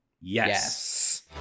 yes